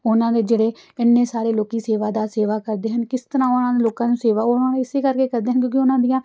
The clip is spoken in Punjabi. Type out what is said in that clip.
ਉਹਨਾਂ ਦੇ ਜਿਹੜੇ ਇੰਨੇ ਸਾਰੇ ਲੋਕ ਸੇਵਾਦਾਰ ਸੇਵਾ ਕਰਦੇ ਹਨ ਕਿਸ ਤਰ੍ਹਾਂ ਉਹਨਾਂ ਨੂੰ ਲੋਕਾਂ ਨੂੰ ਸੇਵਾ ਉਹਨਾਂ ਨੂੰ ਇਸੇ ਕਰਕੇ ਕਰਦੇ ਹਨ ਕਿਉਂਕਿ ਉਹਨਾਂ ਦੀਆਂ